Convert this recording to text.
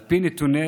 על פי נתוני